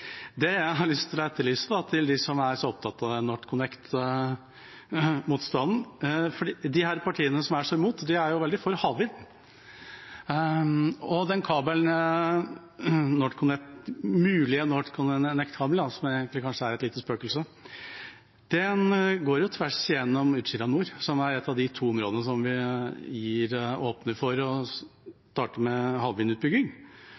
Jeg har lyst til å etterlyse noe annet, til dem som er så opptatt av NorthConnect-motstanden: Disse partiene som er så imot, er jo veldig for havvind, og den mulige NorthConnect-kabelen, som egentlig kanskje er et lite spøkelse, går jo tvers gjennom Utsira Nord, som er ett av de to områdene der vi åpner for å starte med havvindutbygging,